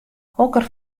hokker